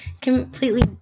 completely